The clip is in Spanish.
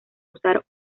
usar